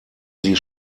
sie